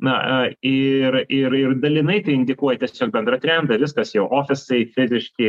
na ir ir ir dalinai tai indikuoja tiesiog bendrą trendą viskas jau ofisai fiziški